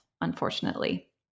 unfortunately